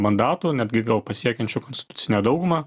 mandatų netgi gal pasiekiančių konstitucinę daugumą